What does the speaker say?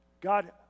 God